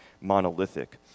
monolithic